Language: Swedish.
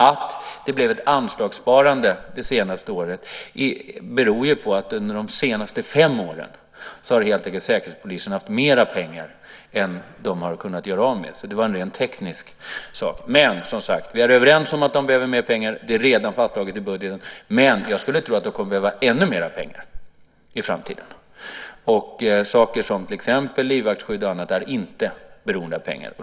Att det blev ett anslagssparande det senaste året beror ju på att under de senaste fem åren har Säkerhetspolisen helt enkelt haft mer pengar än vad man har kunnat göra av med. Så det var en rent teknisk fråga. Vi är överens om att man behöver mer pengar. Det är redan fastslaget i budgeten. Men jag skulle tro att man kommer att behöva ännu mera pengar i framtiden. Saker som till exempel livvaktsskydd och annat är inte beroende av pengar.